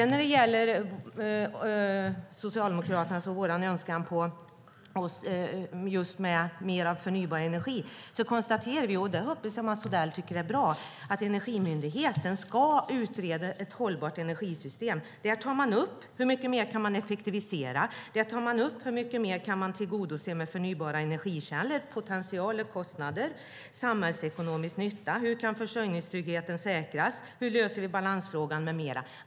När det gäller Socialdemokraternas önskemål om mer förnybar energi konstaterar vi, vilket jag hoppas att Mats Odell tycker är bra, att Energimyndigheten ska utreda ett hållbart energisystem. Där ska man ta upp hur mycket mer som kan effektiviseras, hur mycket mer som kan tillgodoses med förnybara energikällor - potential, kostnader och samhällsekonomisk nytta, hur försörjningstryggheten kan säkras och hur balansfrågan löses och så vidare.